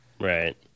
right